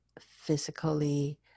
physically